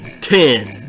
Ten